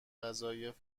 وظایف